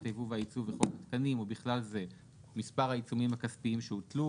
היבוא והיצוא וחוק התקנים ובכלל זה מספר העיצומים הכספיים שהוטלו.